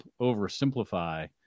oversimplify